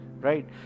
right